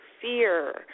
fear